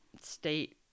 state